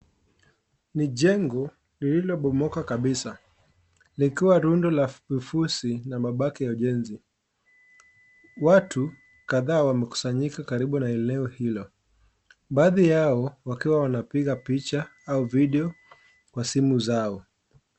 Ni jengo lililobomoka kabisa likiwa rundo la vifuzi na mabaki ya ujenzi, watu kadhaa wamekusanyika karibu na eneo hilo baadhi yao wakiwa wanapiga picha au video kwa simu zao.